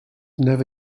never